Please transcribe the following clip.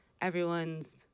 everyone's